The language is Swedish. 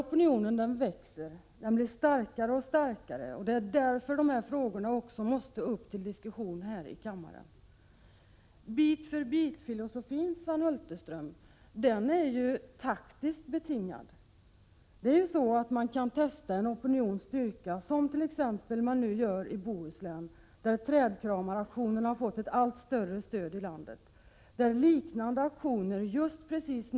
Opinionen växer och blir starkare. Det är därför som detta måste tas upp till diskussion här i kammaren. Bit-för-bit-filosofin, Sven Hulterström, är ju taktiskt betingad. Man kan testa en opinions styrka som man nu t.ex. gör i Bohuslän, där trädkramaraktionerna fått ett allt större stöd från det övriga landet. Just nu pågår liknande .